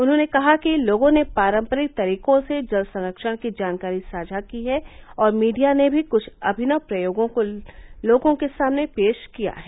उन्होंने कहा कि लोगों ने पारंपरिक तरीको से जल संरक्षण की जानकारी साझा की है और मीडिया ने भी कुछ अभिनव प्रयोगो को लोगों के सामने पेश किया है